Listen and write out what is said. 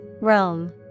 Rome